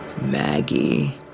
Maggie